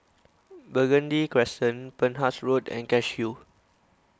Burgundy Crescent Penhas Road and Cashew